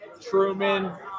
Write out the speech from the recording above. Truman